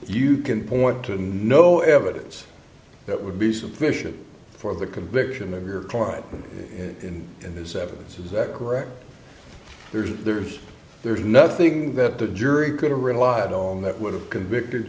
you can point to no evidence that would be sufficient for the conviction of your client in his evidence is that correct there's there's there's nothing that the jury could or relied on that would have convicted